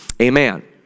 Amen